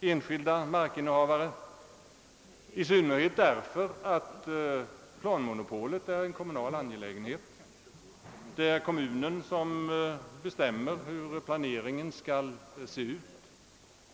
enskilda markinnehavare, i synnerhet därför att planmonopolet är en kommunal angelägenhet. Det är kommunen som bestämmer hur planeringen skall se ut.